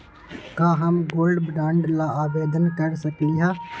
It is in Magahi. का हम गोल्ड बॉन्ड ला आवेदन कर सकली ह?